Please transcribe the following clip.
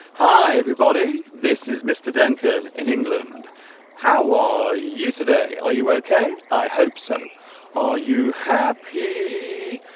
hi everybody this is mr. duncan in england how are you today? are you okay? i hope so are you happy?